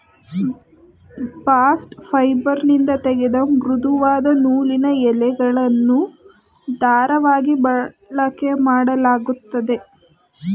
bast ಫೈಬರ್ನಿಂದ ತೆಗೆದ ಮೃದುವಾದ ನೂಲಿನ ಎಳೆಗಳನ್ನು ದಾರವಾಗಿ ಬಳಕೆಮಾಡಲಾಗುತ್ತದೆ